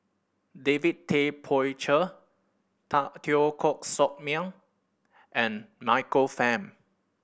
David Tay Poey Cher Teo Koh Sock Miang and Michael Fam